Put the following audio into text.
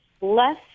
less